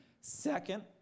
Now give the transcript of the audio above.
Second